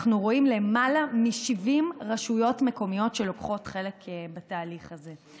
אנחנו רואים למעלה מ-70 רשויות מקומיות שלוקחות חלק בתהליך הזה.